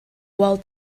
while